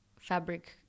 fabric